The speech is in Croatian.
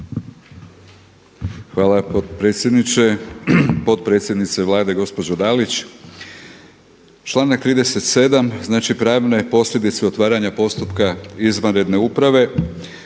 Potpredsjednice Vlade gospođo Dalić. Članak 37. znači pravne posljedice otvaranja postupka izvanredne uprave